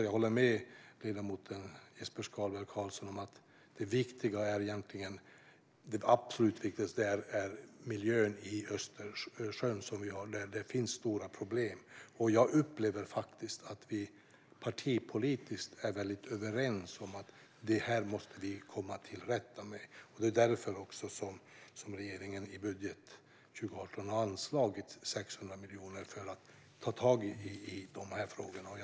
Jag håller med ledamot Jesper Skalberg Karlsson om att det absolut viktigaste är miljön i Östersjön där det finns stora problem. Jag upplever det faktiskt som att vi partipolitiskt är väldigt överens om att man måste komma till rätta med det här. Det är också därför som regeringen i budgeten för 2018 har anslagit 600 miljoner för att man ska ta itu med dessa frågor.